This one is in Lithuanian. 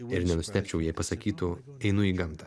ir nenustebčiau jei pasakytų einu į gamtą